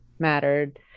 mattered